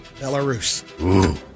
Belarus